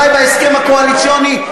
למרות ההסכם הקואליציוני,